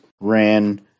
ran